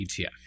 ETF